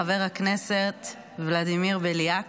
חבר הכנסת ולדימיר בליאק,